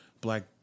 Black